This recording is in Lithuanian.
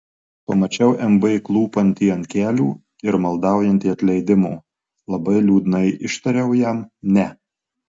pamačiau mb klūpantį ant kelių ir maldaujantį atleidimo labai liūdnai ištariau jam ne